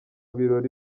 birori